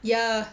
ya